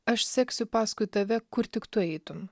aš seksiu paskui tave kur tik tu eitum